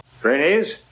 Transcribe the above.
Trainees